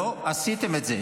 לא עשיתם את זה.